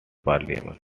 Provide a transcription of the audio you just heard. parliament